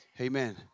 Amen